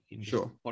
Sure